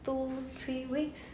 two three weeks